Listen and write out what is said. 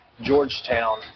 Georgetown